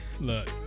look